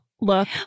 look